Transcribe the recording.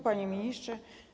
Panie Ministrze!